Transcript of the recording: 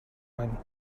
one